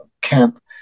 camp